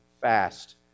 fast